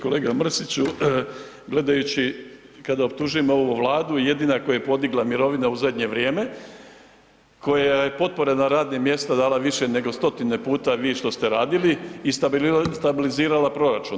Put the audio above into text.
Kolega Mrsiću, gledajući, kada optužujemo ovu Vladu, jedina koja je podigla mirovine u zadnje vrijeme, koja je potpore na radna mjesta dala više nego stotine puta vi što ste radili i stabilizirala proračun.